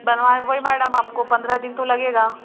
बनवाने वही मैडम आपको पंद्रह दिन तो लगेगा